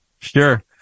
Sure